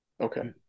Okay